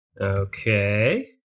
Okay